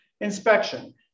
inspection